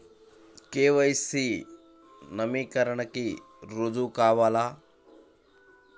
KYC నవీకరణకి రుజువు కావాలా?